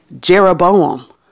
Jeroboam